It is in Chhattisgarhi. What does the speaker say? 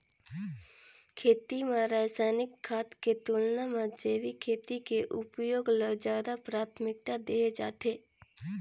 खेती म रसायनिक खाद के तुलना म जैविक खेती के उपयोग ल ज्यादा प्राथमिकता देहे जाथे